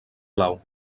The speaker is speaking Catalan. blau